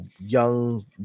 young